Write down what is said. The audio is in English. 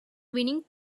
winning